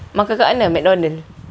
makan kat mana mcdonald